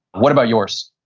what about yours?